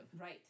Right